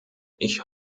ich